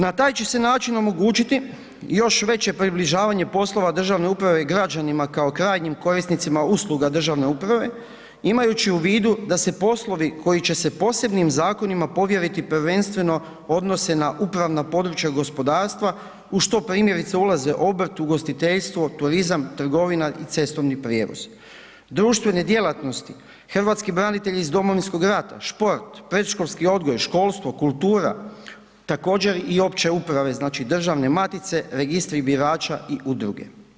Na taj će se način omogućiti još veće približavanje poslova državne uprave građanima kao krajnjim korisnicima usluga državne uprave imajući u vidu da se poslovi koji će se posebnim zakonima povjeriti prvenstveno odnose na upravna područja gospodarstva u što primjerice ulaze obrt, ugostiteljstvo, turizam, trgovina i cestovni prijevoz, društvene djelatnosti, hrvatski branitelji iz Domovinskog rata, šport, predškolski odgoj, školstvo, kultura, također i opće uprave znači državne matice, registri birača i udruge.